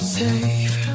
safe